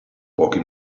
pochi